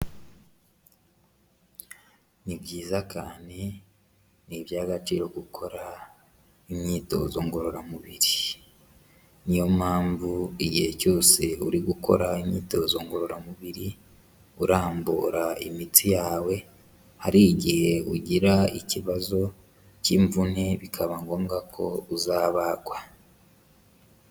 Ni byiza kandi ni iby'agaciro gukora imyitozo ngororamubiri, niyo mpamvu igihe cyose uri gukora imyitozo ngororamubiri urambura imitsi yawe, hari igihe ugira ikibazo cy'imvune bikaba ngombwa ko uzabagwa.